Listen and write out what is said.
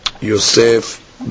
Yosef